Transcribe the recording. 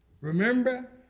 Remember